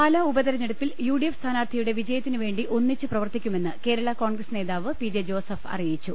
പാല ഉപതെരഞ്ഞെടുപ്പിൽ യുഡിഎഫ് സ്ഥാനാർത്ഥിയുടെ വിജ യത്തിനുവേണ്ടി ഒന്നിച്ച് പ്രവർത്തിക്കുമെന്ന് കേരള കോൺഗ്രസ് നേതാവ് പി ജെ ജോസഫ് അറിയിച്ചു